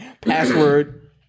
Password